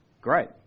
great